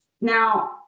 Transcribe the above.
Now